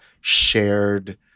shared